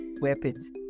weapons